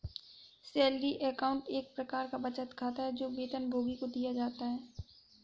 salary account एक प्रकार का बचत खाता है, जो वेतनभोगी को दिया जाता है